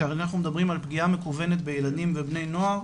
כשאנחנו מדברים על פגיעה מקוונת בילדים ובני נוער,